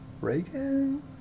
Reagan